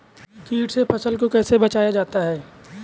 कीट से फसल को कैसे बचाया जाता हैं?